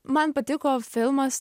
man patiko filmas